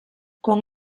con